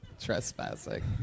Trespassing